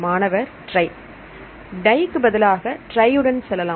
மாணவர்ட்ரை டை க்கு பதிலாக ட்ரை உடன் செல்லலாம்